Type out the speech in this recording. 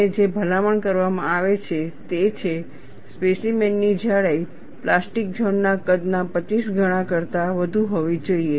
અને જે ભલામણ કરવામાં આવે છે તે છે સ્પેસીમેન ની જાડાઈ પ્લાસ્ટિક ઝોન ના કદના 25 ગણા કરતાં વધુ હોવી જોઈએ